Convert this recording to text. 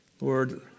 Lord